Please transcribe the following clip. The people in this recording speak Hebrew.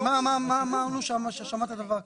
מה אמרנו ששמעת דבר כזה?